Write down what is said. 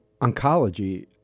oncology